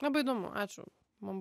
labai įdomu ačiū mums